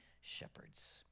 shepherds